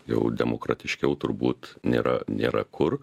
jau demokratiškiau turbūt nėra nėra kur